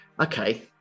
okay